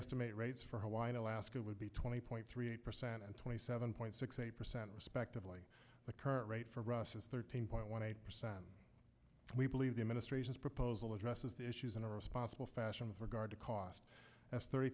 estimate rates for hawaii and alaska would be twenty point three eight percent and twenty seven point six eight percent respectively the current rate for us is thirteen point one eight percent we believe the administration's proposal addresses the issues in a responsible fashion with regard to cost as th